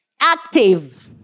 Active